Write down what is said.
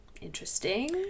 interesting